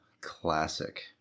classic